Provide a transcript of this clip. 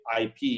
IP